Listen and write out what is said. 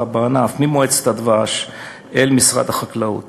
בענף ממועצת הדבש אל משרד החקלאות